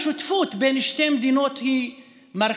השותפות בין שתי המדינות היא מרכיב,